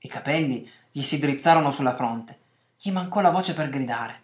i capelli gli si drizzarono su la fronte gli mancò la voce per gridare